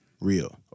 real